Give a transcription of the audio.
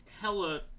hella